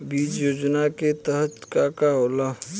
बीज योजना के तहत का का होला?